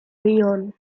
leon